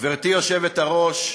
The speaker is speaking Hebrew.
גברתי יושבת-הראש,